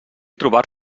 trobar